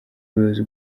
buyobozi